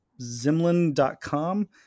Zimlin.com